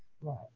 Right